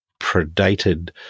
predated